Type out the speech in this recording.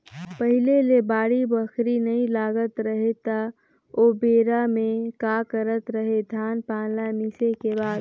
पहिले ले बाड़ी बखरी नइ लगात रहें त ओबेरा में का करत रहें, धान पान ल मिसे के बाद